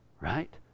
right